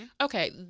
okay